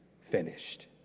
finished